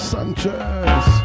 Sanchez